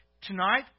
Tonight